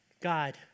God